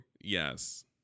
yes